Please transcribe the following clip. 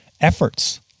efforts